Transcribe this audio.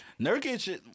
Nurkic